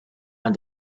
and